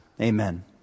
Amen